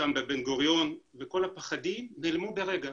בשדה התעופה בן גוריון וכל הפחדים נעלמו ברגע.